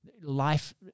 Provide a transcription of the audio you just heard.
life